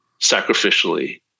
sacrificially